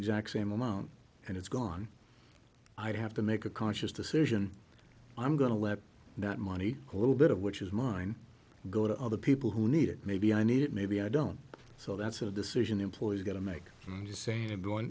exact same amount and it's gone i have to make a conscious decision i'm going to let that money a little bit of which is mine go to other people who need it maybe i need it maybe i don't so that's a decision employees are going to make just saying i'm going